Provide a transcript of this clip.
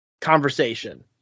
conversation